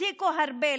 הפסיקו הרבה.